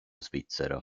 svizzero